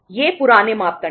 ये पुराने मानदंड हैं